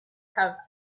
have